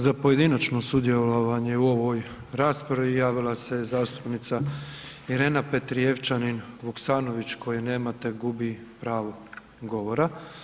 Za pojedinačno sudjelovanje u ovoj raspravi javila se je zastupnica Irena Petrijevčanin Vuksanović koje nema, te gubi pravo govora.